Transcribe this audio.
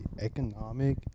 economic